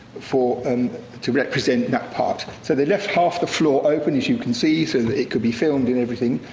for, and to represent that part. so they left half the floor open, as you can see, so that it could be filmed and everything.